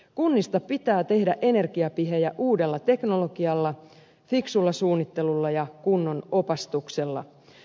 kunnista pitää tehdä energiapihejä uudella teknologialla fiksulla suunnittelulla ja kunnon opastuksella